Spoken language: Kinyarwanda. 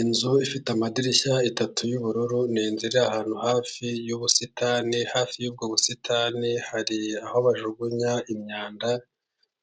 Inzu ifite amadirishya atatu y'ubururu, ni inzu iri ahantu hafi y'ubusitani, hafi y'ubwo busitani hari aho bajugunya imyanda,